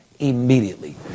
immediately